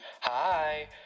Hi